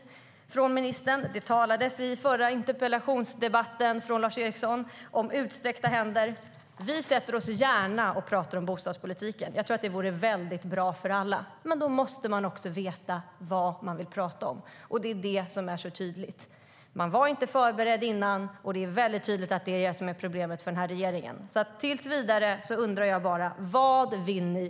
Lars Eriksson talade i den förra interpellationsdebatten om utsträckta händer. Vi sätter oss gärna och pratar om bostadspolitiken. Jag tror att det vore väldigt bra för alla. Men då måste man också veta vad man vill prata om. Det är det som är så tydligt: Man var inte förberedd. Det är tydligt att det är det som är problemet för denna regering. Tills vidare undrar jag bara: Vad vill ni?